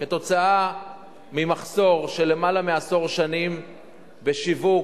כתוצאה ממחסור של למעלה מעשר שנים בשיווק,